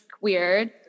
weird